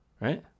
right